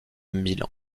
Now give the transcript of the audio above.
milan